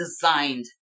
designed